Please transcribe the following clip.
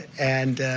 and